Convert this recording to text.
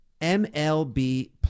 MLB